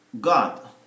God